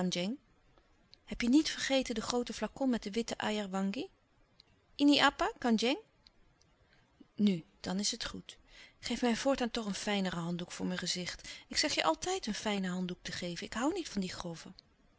heb je niet vergeten den grooten flacon met de witte ajer wangi ni apa andjeng u dan is het goed geef mij voortaan toch een fijneren handdoek voor mijn gezicht ik zeg je altijd een fijnen handdoek te geven ik hoû niet van die grove